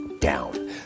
down